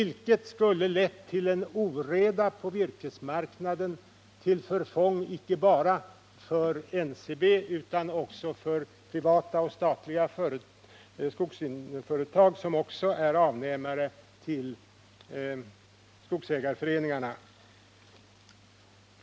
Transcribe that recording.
Det skulle ha lett till en oreda på virkesmarknaden, till förfång inte bara för NCB utan också för privata och statliga skogsföretag, vilka också är avnämare till skogsägarföreningarna.